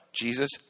Jesus